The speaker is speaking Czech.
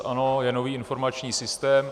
Ano, je nový informační systém.